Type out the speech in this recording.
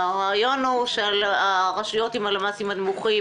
הרעיון הוא שברשויות עם הלמ"סים הנמוכים